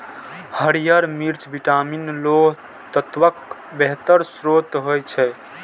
हरियर मिर्च विटामिन, लौह तत्वक बेहतर स्रोत होइ छै